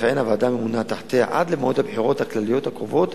תכהן הוועדה הממונה תחתיה עד למועד הבחירות הכלליות הקרובות,